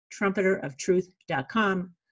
trumpeteroftruth.com